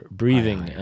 breathing